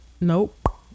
Nope